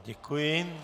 Děkuji.